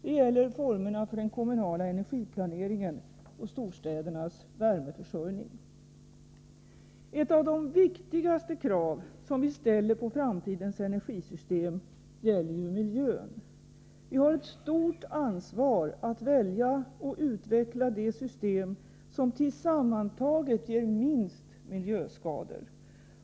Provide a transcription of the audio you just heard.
Det gäller formerna för den kommunala energiplaneringen och storstädernas värmeförsörjning. Ett av de viktigaste krav som vi ställer på framtidens energisystem gäller ju miljön. Vi har ett stort ansvar att välja och utveckla det system som tillsammantaget ger minst miljöskador.